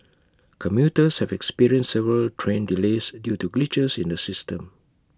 commuters have experienced several train delays due to glitches in the system